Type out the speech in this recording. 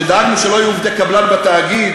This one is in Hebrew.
שדאגנו שלא יהיו עובדי קבלן בתאגיד